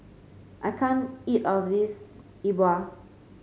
I can't eat all of this Yi Bua